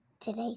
today